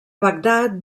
bagdad